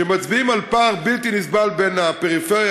שמצביעים על פער בלתי נסבל בין הפריפריה,